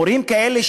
מורים כאלה,